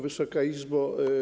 Wysoka Izbo!